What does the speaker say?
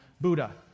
Buddha